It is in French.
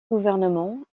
gouvernement